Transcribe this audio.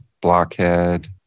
Blockhead